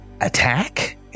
attack